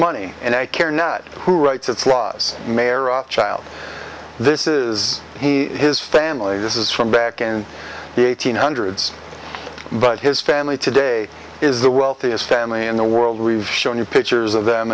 money and i care not who writes it's laws mayor child this is he his family this is from back in the eighteen hundreds but his family today is the wealthiest family in the world we've shown you pictures of them